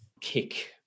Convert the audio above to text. kick